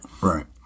Right